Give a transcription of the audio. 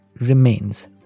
remains